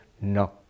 no